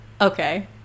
Okay